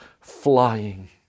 flying